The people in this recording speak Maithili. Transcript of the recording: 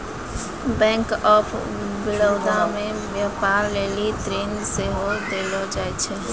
बैंक आफ बड़ौदा मे व्यपार लेली ऋण सेहो देलो जाय छै